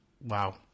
Wow